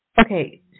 Okay